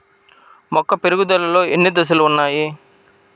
మొక్క పెరుగుదలలో ఎన్ని దశలు వున్నాయి?